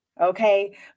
okay